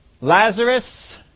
Lazarus